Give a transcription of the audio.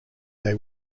they